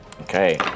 Okay